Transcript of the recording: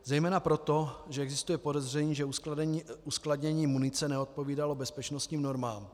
Zejména proto, že existuje podezření, že uskladnění munice neodpovídalo bezpečnostním normám.